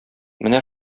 менә